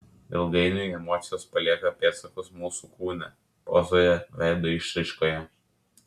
ilgainiui emocijos palieka pėdsakus mūsų kūne pozoje veido išraiškoje